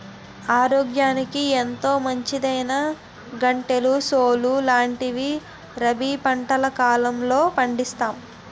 ఆరోగ్యానికి ఎంతో మంచిదైనా గంటెలు, సోలు లాంటివి రబీ పంటల కాలంలో పండిస్తాం